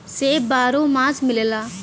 सेब बारहो मास मिलला